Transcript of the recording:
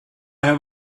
have